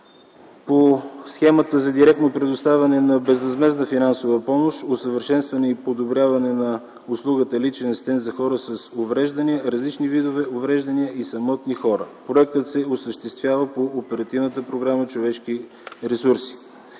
по схемата за директно предоставяне на безвъзмездна финансова помощ, усъвършенстване и подобряване на услугата „личен асистент за хора с увреждания” за различни видове увреждания и самотни хора. Проектът се осъществява по Оперативната програма „Човешки ресурси”.